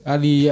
Ali